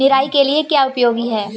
निराई के लिए क्या उपयोगी है?